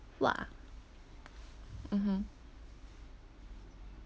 !wah! mmhmm